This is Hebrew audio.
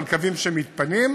על קווים שמתפנים,